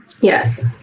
Yes